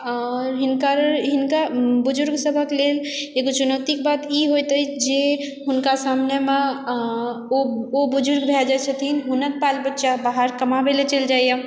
आ हिनकर बुजुर्ग सबहक लेल एगो चुनौतीके बात ई होइत अछि जे हुनका सामनेमे ओ बुजुर्ग भए जाए छथिन हुनक बाल बच्चा बाहर कमाबै ला चलि जाइए